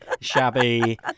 shabby